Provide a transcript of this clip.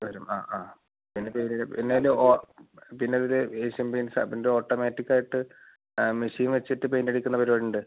വരുന്ന ആ ആ പിന്നെ പീലില് പിന്നത്തിൽ ഓ പിന്നതിൽ ഏഷ്യൻ പെയിൻറ്റ്സാണ് പിന്നൊരു ഓട്ടോമാറ്റിക്കായിട്ട് മെഷീൻ വെച്ചിട്ട് പെയിൻറ്റടിക്കുന്ന പരിപാടിയുണ്ട്